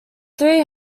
three